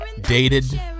dated